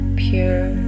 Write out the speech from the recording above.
pure